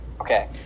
okay